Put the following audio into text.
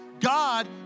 God